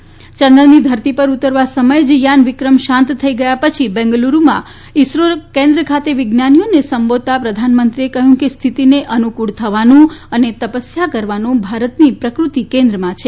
યંદ્રની ધરતી પર ઉતરવા સમયે જ યાન વિક્રમ શાંત થઇ ગયા પછી બેંગ્લુરૂમાં ઇસરો કેન્દ્ર ખાતે વિજ્ઞાનીઓએ સંબોધતાં પ્રધાનમંત્રીએ કહ્યું હતું કે હ્ય્થતિને અનુકૂળ થવાનું અને તપસ્યા કરવાનું ભારતની પ્રકૃતિ કેન્દ્રમાં છે